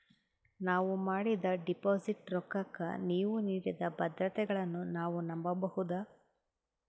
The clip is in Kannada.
ನಾವು ಮಾಡಿದ ಡಿಪಾಜಿಟ್ ರೊಕ್ಕಕ್ಕ ನೀವು ನೀಡಿದ ಭದ್ರತೆಗಳನ್ನು ನಾವು ನಂಬಬಹುದಾ?